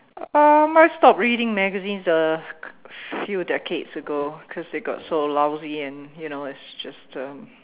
um I stopped reading magazines a few decades ago cause they got so lousy and you know it's just um